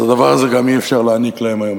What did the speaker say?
אז את התואר הזה אי-אפשר להעניק להן היום.